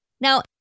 Now